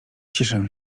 cieszę